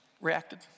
reacted